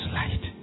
light